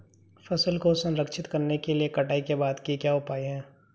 फसल को संरक्षित करने के लिए कटाई के बाद के उपाय क्या हैं?